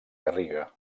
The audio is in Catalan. garriga